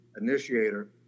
initiator